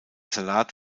salat